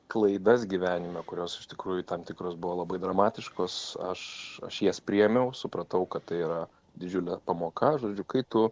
klaidas gyvenime kurios iš tikrųjų tam tikros buvo labai dramatiškos aš aš jas priėmiau supratau kad tai yra didžiulė pamoka žodžiu kai tu